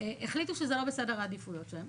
החליטו שזה לא בסדר העדיפויות שלהם.